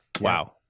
Wow